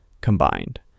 Combined